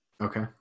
Okay